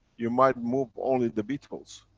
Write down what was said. you might move only the beetles.